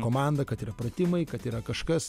komanda kad yra pratimai kad yra kažkas